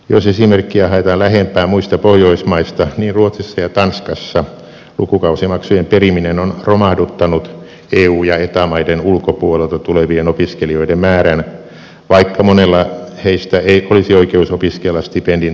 jos esimerkkiä haetaan lähempää muista pohjoismaista niin ruotsissa ja tanskassa lukukausimaksujen periminen on romahduttanut eu ja eta maiden ulkopuolelta tulevien opiskelijoiden määrän vaikka monella heistä olisi oikeus opiskella stipendin turvin